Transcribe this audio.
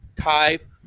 type